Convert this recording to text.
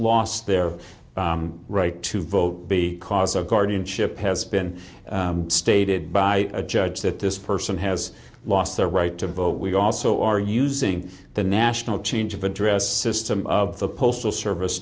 lost their right to vote be cause of guardianship has been stated by a judge that this person has lost their right to vote we also are using the national change of address system of the postal service